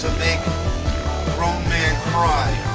make grown men cry